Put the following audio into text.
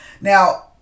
Now